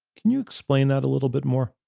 can you explain that a little bit more?